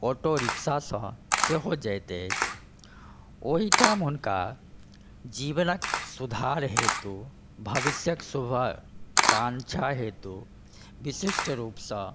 auto रिक्शासँ सेहो जाइत अछि ओहिठाम हुनका जीवनक सुधार हेतु भविष्यक शुभकांक्षा हेतु विशिष्ट रुपसँ